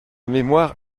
mémoire